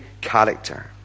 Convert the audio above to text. character